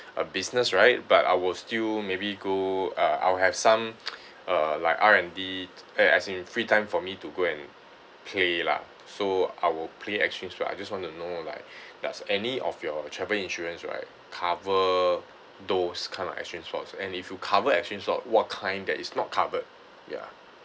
a business right but I will still maybe go uh I will have some uh like R&D as in free time for me to go and play lah so I will play extreme sports I just want to know like does any of your travel insurance right cover those kind of extreme sports and if you cover extreme sport what kind that is not covered ya